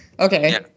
Okay